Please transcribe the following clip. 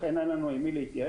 לכן אין לנו עם מי להתייעץ